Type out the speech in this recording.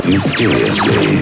Mysteriously